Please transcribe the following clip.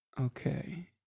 Okay